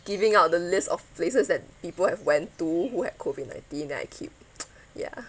giving out the list of places that people have went to who had COVID nineteen then I keep ya